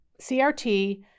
CRT